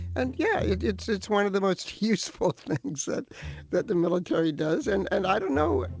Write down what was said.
and yeah, yeah it's it's one of the most useful things that that the military does. and and i don't know.